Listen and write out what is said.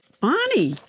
Bonnie